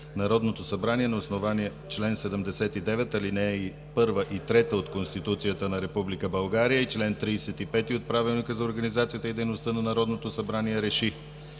Народното събрание, на основание чл. 79, ал. 1 и 3 от Конституцията на Република България и чл. 35 от Правилника за организацията и дейността на Народното събрание РЕШИ: